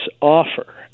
offer